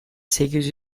sekiz